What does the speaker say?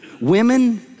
Women